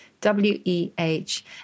W-E-H